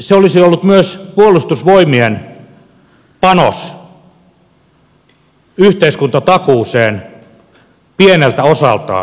se olisi ollut myös puolustusvoimien panos yhteiskuntatakuuseen pieneltä osaltaan